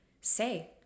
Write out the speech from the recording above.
say